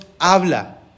habla